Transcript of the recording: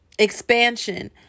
expansion